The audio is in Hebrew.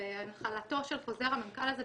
בהנחלתו של חוזר המנכ"ל הזה,